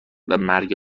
مرگ